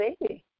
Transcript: baby